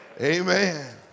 Amen